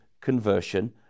conversion